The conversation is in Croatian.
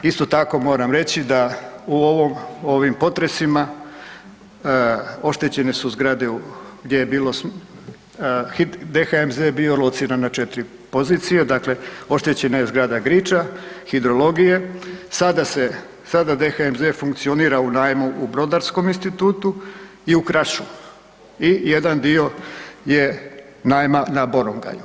Isto tako moram reći da u ovom, u ovim potresima oštećene su zgrade gdje je bilo, DHMZ je bio lociran na 4 pozicije, dakle oštećena je zgrada Griča, hidrologije, sada se, sada DHMZ funkcionira u najmu u „Brodarskom institutu“ i u „Krašu“ i jedan dio je najma na Borongaju.